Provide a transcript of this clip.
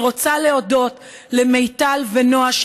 אני רוצה להודות למיטל ונעה,